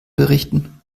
berichten